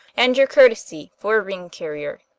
and your courtesy, for a ring-carrier!